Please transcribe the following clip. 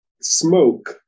smoke